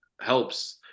helps